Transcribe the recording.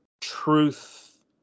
Truth